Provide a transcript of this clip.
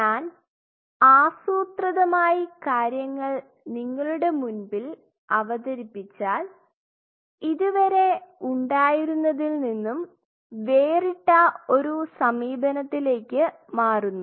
ഞാൻ ആസൂത്രിതമായി കാര്യങ്ങൾ നിങ്ങളുടെ മുൻപിൽ അവതരിപ്പിച്ചാൽ ഇതുവരെ ഉണ്ടായിരുന്നതിൽ നിന്നും വേറിട്ട ഒരു സമീപനത്തിലേക്ക് മാറുന്നു